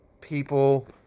people